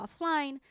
offline